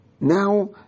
Now